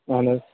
اہَن حظ